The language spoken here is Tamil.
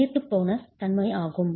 நீர்த்துப்போகும் தன்மை ஆகும்